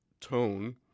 tone